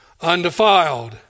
undefiled